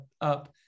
up